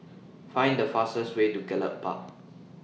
Find The fastest Way to Gallop Park